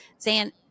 Zan